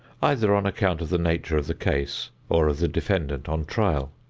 either on account of the nature of the case or of the defendant on trial.